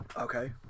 Okay